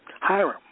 Hiram